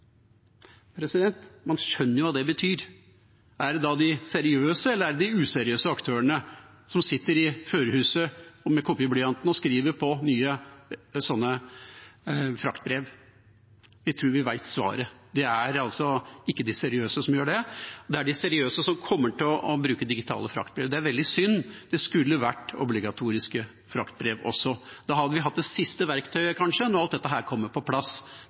seriøse eller er det de useriøse aktørene som sitter i førerhuset med kopiblyanten og skriver på nye fraktbrev? Vi tror vi vet svaret. Det er ikke de seriøse som gjør det. Det er de seriøse som kommer til å bruke digitale fraktbrev. Det er veldig synd. Det skulle vært obligatoriske digitale fraktbrev også. Da hadde vi kanskje hatt det siste verktøyet, når alt dette kommer på plass,